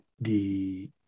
the-